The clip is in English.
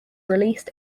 released